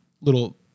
little